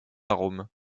arôme